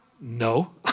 No